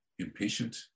Impatient